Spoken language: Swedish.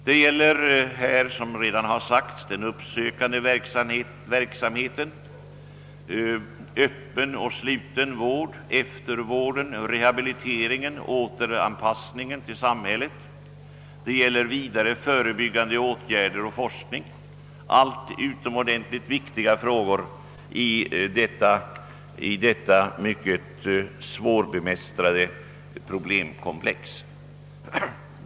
Det gäller i detta sammanhang, såsom redan har nämnts, den uppsökande verksamheten, öppen och sluten vård, eftervården, rehabiliteringen och återanpassningen till samhället samt vidare förebyggande åtgärder och forskning — allt utomordentligt viktiga frågor i detta mycket svårbemästrade problemkomplex.